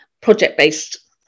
project-based